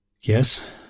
Yes